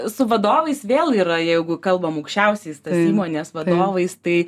su vadovais vėl yra jeigu kalbam aukščiausiais tais įmonės vadovais tai